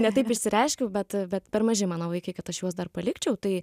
ne taip išsireiškiau bet bet per maži mano vaikai kad aš juos dar palikčiau tai